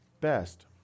best